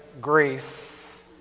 grief